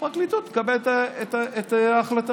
והפרקליטות מקבלת את ההחלטה.